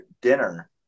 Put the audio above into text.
dinner